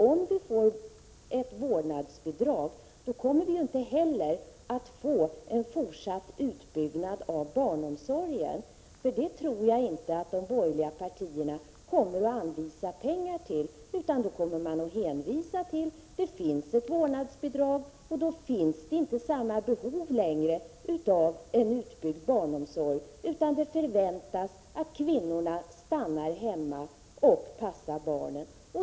Om vi får ett vårdnadsbidrag kommer vi inte att få en fortsatt utbyggnad av barnomsorgen. Jag tror inte att de borgerliga partierna kommer att anvisa pengar till detta, utan de kommer att hänvisa till att det finns ett vårdnadsbidrag och att det därför inte längre föreligger samma behov av en utbyggd barnomsorg. Det förväntas då att kvinnorna skall stanna hemma och passa barnen.